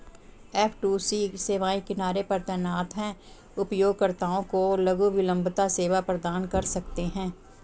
F two C सेवाएं किनारे पर तैनात हैं, उपयोगकर्ताओं को लघु विलंबता सेवा प्रदान कर सकते हैं